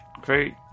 great